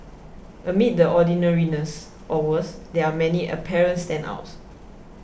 amid the ordinariness or worse there are many apparent standouts